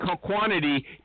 quantity